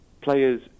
players